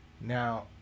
Now